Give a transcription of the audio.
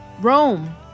Rome